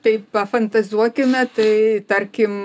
tai pafantazuokime tai tarkim